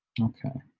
okay,